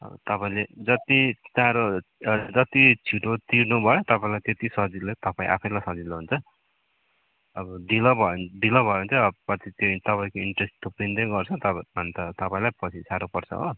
तपाईँले जत्ति चाँडो जत्ति छिट्टो तिर्नु भयो तपाईँलाई त्यत्ति सजिलो तपाईँ आफैलाई सजिलो हुन्छ अब ढिलो भयो भन् ढिलो भयो भने चाहिँ अब पछि त्यही तपाईँको इन्ट्रेस थुप्रिँदै गर्छ तपाईँको अन्त तपाईँलाई पछि सारो पर्छ हो